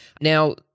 Now